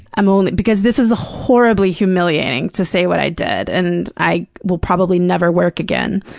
um um because this is horribly humiliating to say what i did, and i will probably never work again.